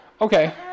Okay